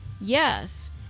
Yes